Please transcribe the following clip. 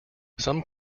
some